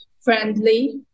friendly